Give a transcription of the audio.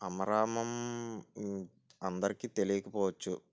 అమరామం అందరికి తెలియకపోవచ్చు